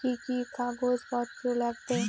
কি কি কাগজ পত্র লাগবে?